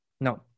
No